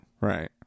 right